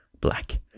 black